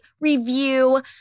review